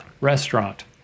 restaurant